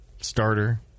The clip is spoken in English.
starter